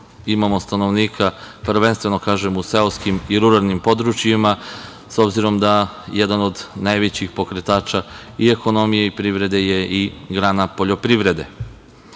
imamo stanovnika prvenstveno, kažem, u seoskim i ruralnim područjima, s obzirom da jedan od najvećih pokretača i ekonomije i privrede je i grana poljoprivrede. Što